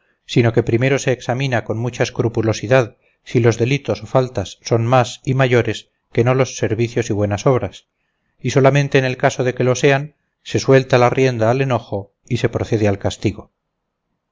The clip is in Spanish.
sino que primero se examina con mucha escrupulosidad si los delitos o faltas son más y mayores que no los servicios y buenas obras y solamente en el caso de que lo sean se suelta la rienda al enojo y se procede al castigo